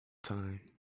time